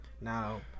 now